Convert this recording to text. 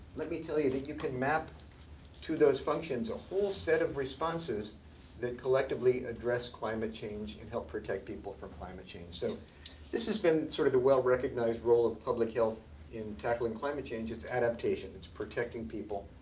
let me tell you that you can map to those functions a whole set of responses that collectively address climate change, and help protect people from climate change. so this has been sort of the well-recognized role of public health in tackling climate change, it's adaptation. it's protecting people,